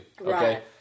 Okay